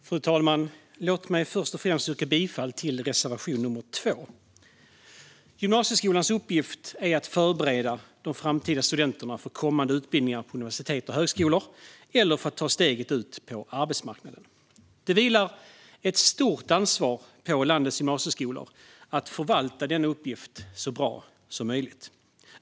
Fru talman! Låt mig först och främst yrka bifall till reservation 2. Gymnasieskolans uppgift är att förbereda de framtida studenterna för kommande utbildningar på universitet och högskolor eller för att ta steget ut på arbetsmarknaden. Det vilar ett stort ansvar på landets gymnasieskolor att förvalta denna uppgift så bra som möjligt.